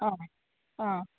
ആ ആ